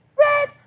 red